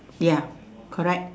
ya correct